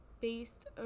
based